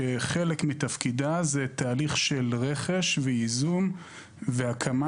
שחלק מתפקידה הוא תהליך של רכש ואיזון והקמה